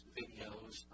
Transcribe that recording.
videos